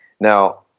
Now